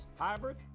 hybrid